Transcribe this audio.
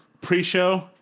pre-show